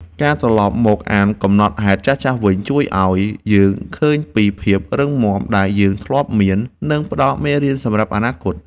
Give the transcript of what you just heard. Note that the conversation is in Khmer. ការត្រឡប់មកអានកំណត់ហេតុចាស់ៗវិញ ជួយឱ្យយើងឃើញពីភាពរឹងមាំដែលយើងធ្លាប់មាន និងផ្ដល់មេរៀនសម្រាប់អនាគត។